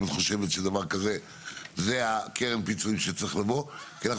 זאת קרן הפיצוי שצריכה לבוא כי אנחנו